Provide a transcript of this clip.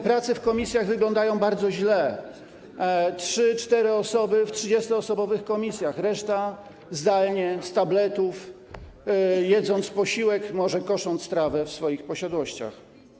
Prace w komisjach wyglądają bardzo źle: trzy, cztery osoby w 30-osobowych komisjach, reszta zdalnie, z tabletów, jedząc posiłek, może kosząc trawę w swoich posiadłościach.